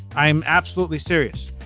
i'm absolutely serious.